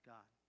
God